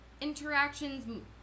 interactions